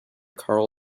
carol